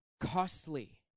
Costly